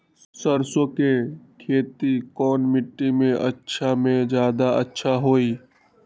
सरसो के खेती कौन मिट्टी मे अच्छा मे जादा अच्छा होइ?